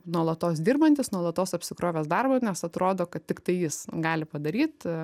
nuolatos dirbantis nuolatos apsikrovęs darbu nes atrodo kad tiktai jis gali padaryt